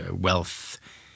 wealth